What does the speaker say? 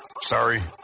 Sorry